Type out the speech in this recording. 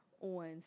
on